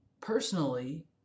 personally